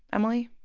emily?